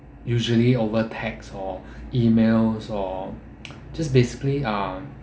usually over text or emails or just basically ah